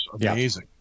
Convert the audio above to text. amazing